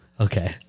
Okay